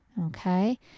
Okay